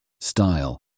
style